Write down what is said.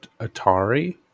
Atari